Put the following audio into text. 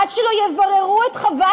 עד שלא יבררו את חוות